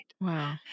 Wow